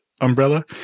umbrella